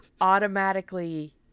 automatically